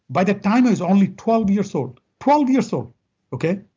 by the time i was only twelve years old, twelve years old okay,